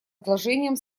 одолжением